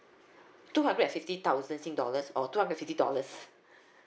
two hundred and fifty thousand sing dollars or two hundred and fifty dollars